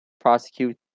prosecute